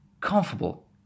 COMFORTABLE